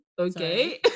Okay